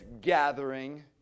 gathering